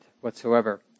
whatsoever